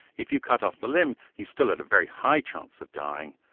if you cut off the limb, you still had a very high chance of dying,